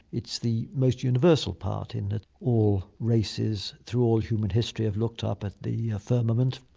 it's the most universal part in that all races through all human history have looked up at the firmament,